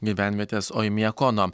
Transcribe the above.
gyvenvietės oimiakono